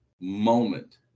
moment